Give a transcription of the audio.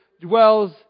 dwells